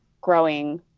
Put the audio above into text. growing